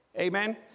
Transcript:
Amen